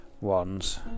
ones